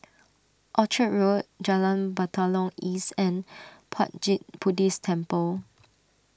Orchard Road Jalan Batalong East and Puat Jit Buddhist Temple